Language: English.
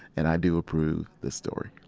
and i do approve this story.